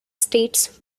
states